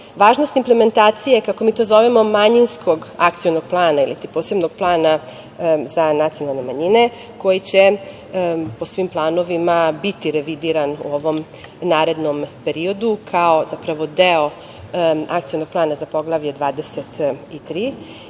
važnost implementacije, kako mi to zovemo, manjinskog akcionog plana ili posebnog plana za nacionalne manjine koji će po svim planovima biti revidiran u ovom narednom periodu kao deo akcionog plana za Poglavlje 23